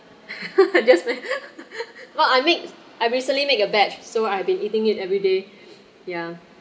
just me well I make I recently make a batch so I have been eating it everyday ya